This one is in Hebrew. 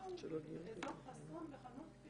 חסום בחנות.